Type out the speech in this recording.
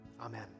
Amen